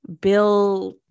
bill